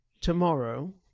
Tomorrow